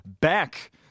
Back